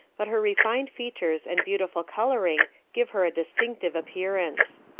but her refined features and beautiful coloring give her a distinctive appearance.